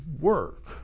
work